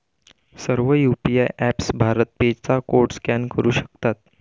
सर्व UPI apps BharatPe चा code scan करू शकतात